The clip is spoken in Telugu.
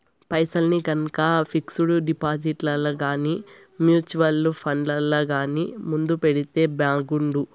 పైసల్ని గనక పిక్సుడు డిపాజిట్లల్ల గానీ, మూచువల్లు ఫండ్లల్ల గానీ మదుపెడితే బాగుండు